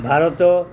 Bharat